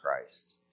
Christ